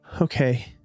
okay